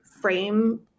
frame